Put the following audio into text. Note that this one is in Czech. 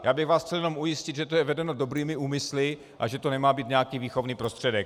Já bych vás chtěl ujistit, že to je vedeno dobrými úmysly a že to nemá být výchovný prostředek.